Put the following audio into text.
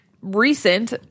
recent